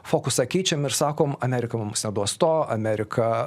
fokusą keičiam ir sakom amerika mums neduos to amerika